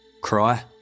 Cry